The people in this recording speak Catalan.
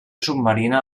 submarina